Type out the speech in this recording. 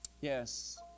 Yes